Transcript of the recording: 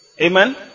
Amen